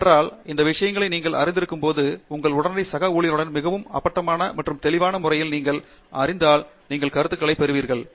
ஏனென்றால் இந்த விஷயங்களை நீங்கள் அறிந்திருக்கும்போது உங்கள் உடனடி சக ஊழியர்களுக்கு மிகவும் அப்பட்டமான மற்றும் தெளிவான முறையில் நீங்கள் அறிந்தால் நீங்கள் கருத்துக்களைப் பெறுவீர்கள்